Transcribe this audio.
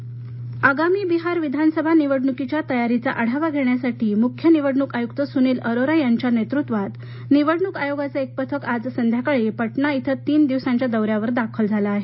बिहार निवडणक आगामी बिहार विधानसभा निवडणुकीच्या तयारीचा आढावा घेण्यासाठी मुख्य निवडणूक आयुक्त सुनील अरोरा यांच्या नेतृत्वात निवडणूक आयोगाचे पथक आज संध्याकाळी पटना इथं तीन दिवसांच्या दौऱ्यावर दाखल झालं आहे